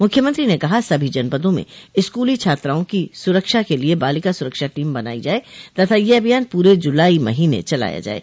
मुख्यमंत्री ने कहा सभी जनपदों में स्कूली छात्राओं की सुरक्षा के लिए बालिका सुरक्षा टीम बनायी जाये तथा यह अभियान पूरे जुलाई महीने चलाया जाये